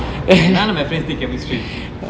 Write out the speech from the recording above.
and none of my friends take chemistry